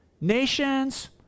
Nations